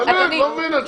לא מבין את זה.